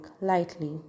lightly